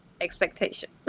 expectation